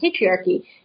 patriarchy